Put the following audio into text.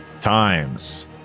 times